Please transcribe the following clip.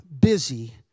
busy